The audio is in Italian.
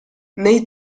nei